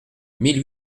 mille